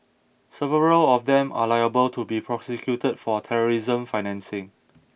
several of them are liable to be prosecuted for terrorism financing